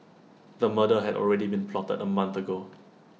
the murder had already been plotted A month ago